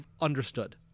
understood